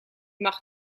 mag